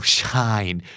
shine